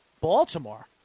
Baltimore